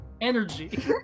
energy